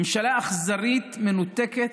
ממשלה אכזרית, מנותקת,